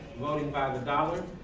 voting by the dollar.